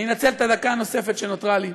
אני אנצל את הדקה הנוספת שנותרה לי,